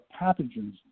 pathogens